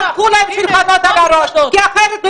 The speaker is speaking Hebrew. תהפכו להם שולחנות על הראש ------ אז אני אומר לך,